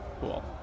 cool